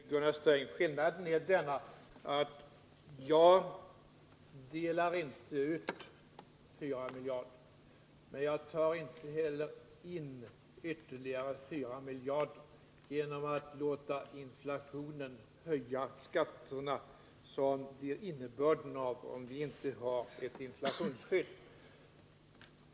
Herr talman! Bara ett enda ord till Gunnar Sträng. Skillnaden är att jag inte delar ut 4 miljarder men inte heller tar in ytterligare 4 miljarder genom att låta inflationen höja skatterna, vilket skulle bli följden om vi inte hade ett inflationsskydd.